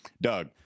Doug